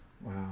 Wow